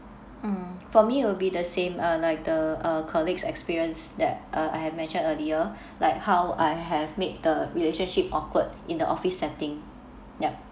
mm for me it will be the same uh like the uh colleagues experience that (uh)I have mentioned earlier like how I have made the relationship awkward in the office setting yup